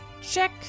check